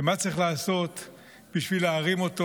ומה צריך לעשות בשביל להרים אותו.